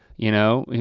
you know.